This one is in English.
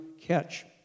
catch